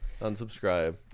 unsubscribe